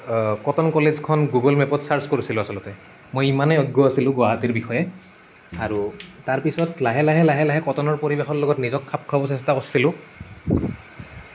cotton কলেজখন Google মেপত search কৰিছিলোঁ আচলতে মই ইমানেই অজ্ঞ আছিলোঁ গুৱাহাটীৰ বিষয়ে আৰু তাৰপিছত লাহে লাহে লাহে কটনৰ পৰিৱেশৰ লগত নিজক খাপ খুৱাব চেষ্টা কৰিছিলোঁ